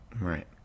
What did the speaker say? right